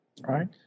Right